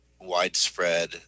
widespread